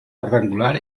rectangular